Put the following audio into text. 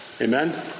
Amen